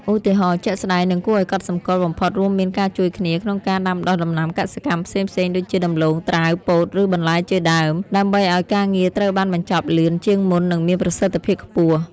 ឧទាហរណ៍ជាក់ស្តែងនិងគួរឱ្យកត់សម្គាល់បំផុតរួមមានការជួយគ្នាក្នុងការដាំដុះដំណាំកសិកម្មផ្សេងៗដូចជាដំឡូង ត្រាវ ពោត ឬបន្លែជាដើម ដើម្បីឲ្យការងារត្រូវបានបញ្ចប់លឿនជាងមុននិងមានប្រសិទ្ធភាពខ្ពស់។